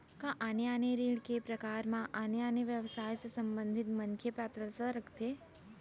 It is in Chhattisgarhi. का आने आने ऋण के प्रकार म आने आने व्यवसाय से संबंधित मनखे पात्रता रखथे?